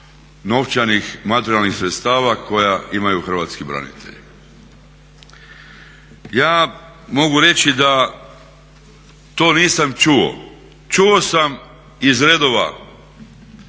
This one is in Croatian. novčanih materijalnih sredstava koja imaju hrvatski branitelji. Ja mogu reći da to nisam čuo, čuo sam iz redova